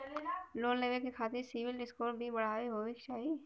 Loan लेवे के खातिन सिविल स्कोर भी बढ़िया होवें के चाही?